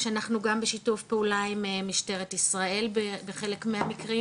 כשאנחנו גם בשיתוף פעולה עם משטרה ישראל בחלק מהמקרים